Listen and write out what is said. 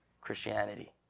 Christianity